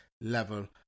level